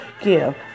give